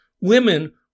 Women